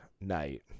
night